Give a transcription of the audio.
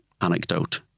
anecdote